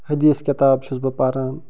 حدیٖث کِتاب چھُس بہٕ پران